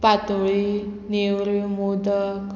पातोळी नेवऱ्यो मोदक